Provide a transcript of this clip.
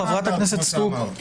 חברת הכנסת סטרוק,